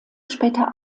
später